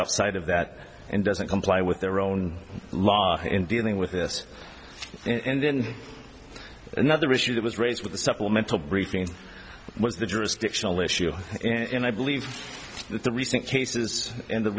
outside of that and doesn't comply with their own law in dealing with this and then another issue that was raised with the supplemental briefing was the jurisdictional issue and i believe that the recent cases in the